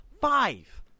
five